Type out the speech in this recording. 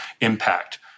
impact